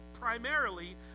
primarily